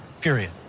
period